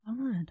god